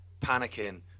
Panicking